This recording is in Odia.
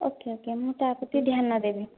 ଓକେ ଓକେ ମୁଁ ତା ପ୍ରତି ଧ୍ୟାନ ଦେବି